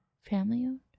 family-owned